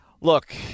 Look